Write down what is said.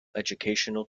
educational